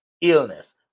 illness